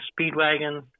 Speedwagon